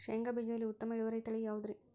ಶೇಂಗಾ ಬೇಜದಲ್ಲಿ ಉತ್ತಮ ಇಳುವರಿಯ ತಳಿ ಯಾವುದುರಿ?